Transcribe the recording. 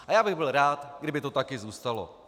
A já bych byl rád, kdyby to tak i zůstalo.